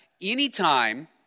Anytime